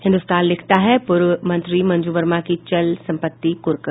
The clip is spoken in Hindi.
हिन्द्रस्तान लिखता है पूर्व मंत्री मंजू वर्मा की चल संपत्ति कुर्क